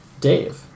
Dave